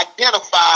identify